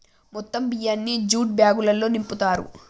మొత్తం బియ్యాన్ని జ్యూట్ బ్యాగులల్లో నింపుతారు